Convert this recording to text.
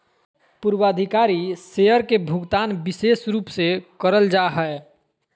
पूर्वाधिकारी शेयर के भुगतान विशेष रूप से करल जा हय